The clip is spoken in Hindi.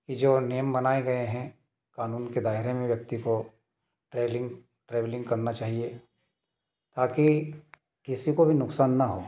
कि जो नियम बनाए गए हैं क़नून के दायरे में व्यक्ति को ट्रेवलिंग ट्रेवलिंग करना चाहिए ताकि किसी को भी नुक़सान ना हो